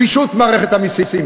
פישוט מערכת המסים.